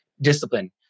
discipline